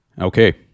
Okay